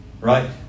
Right